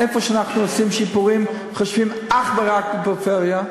איפה שאנחנו עושים שיפורים אנחנו חושבים אך ורק על פריפריה.